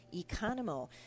Economo